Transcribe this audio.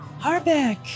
Harbeck